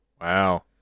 Wow